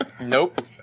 nope